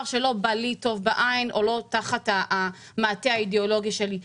שלא בא לי טוב בעין או תחת המעטה האידיאולוגי שלי,